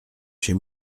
chez